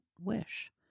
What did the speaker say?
wish